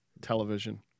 television